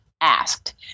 asked